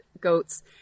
goats